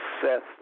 seth